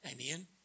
Amen